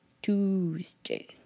Tuesday